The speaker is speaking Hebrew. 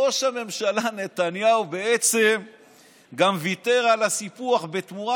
ראש הממשלה נתניהו בעצם גם ויתר על הסיפוח בתמורה.